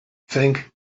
think